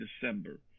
December